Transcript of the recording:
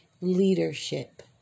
leadership